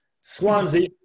Swansea